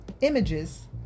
images